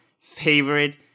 favorite